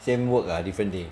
same work ah different day